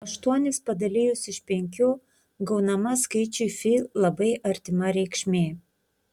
aštuonis padalijus iš penkių gaunama skaičiui fi labai artima reikšmė